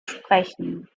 sprechen